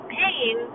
pain